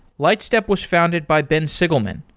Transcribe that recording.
lightstep was founded by ben sigleman,